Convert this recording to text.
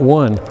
one